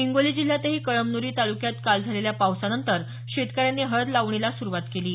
हिंगोली जिल्ह्यातही कळमनुरी तालुक्यात काल झालेल्या पावसानंतर शेतकऱ्यांनी हळद लावणीला सुरूवात केली आहे